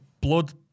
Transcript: Blood